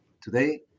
Today